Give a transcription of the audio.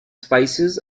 spices